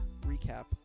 recap